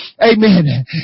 amen